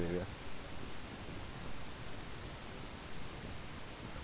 oh